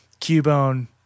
Cubone